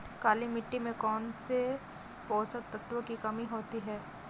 काली मिट्टी में कौनसे पोषक तत्वों की कमी होती है?